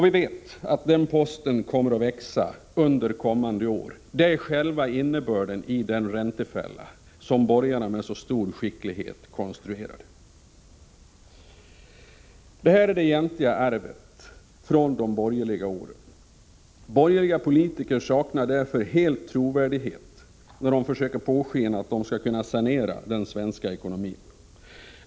Vi vet att den posten kommer att växa under kommande år. Det är själva innebörden i den räntefälla som borgarna med så stor skicklighet konstruerade. Detta är det egentliga arvet från de borgerliga åren. Borgerliga politiker saknar därför helt trovärdighet när de försöker påskina att de skulle kunna sanera den svenska ekonomin.